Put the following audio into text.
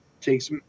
takes